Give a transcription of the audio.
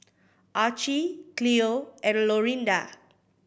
Archie Cleo and Lorinda